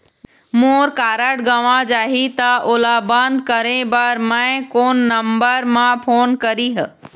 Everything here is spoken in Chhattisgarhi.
मोर कारड गंवा जाही त ओला बंद करें बर मैं कोन नंबर म फोन करिह?